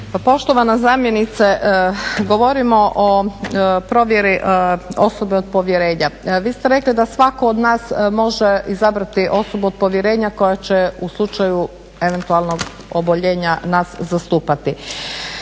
poštovana zamjenice, govorimo o provjeri osobe od povjerenja. Vi ste rekli da svatko od nas može izabrati osobu od povjerenja koja će u slučaju eventualnog oboljenja nas zastupati.